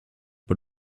but